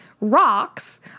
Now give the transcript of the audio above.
rocks